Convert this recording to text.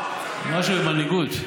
משהו עם מנהיגות,